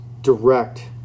direct